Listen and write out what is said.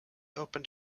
opened